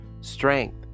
strength